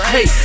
Hey